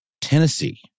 Tennessee